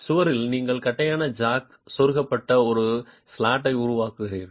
சுவரில் நீங்கள் தட்டையான ஜாக் செருகப்பட்ட ஒரு ஸ்லாட்டை உருவாக்குகிறீர்கள்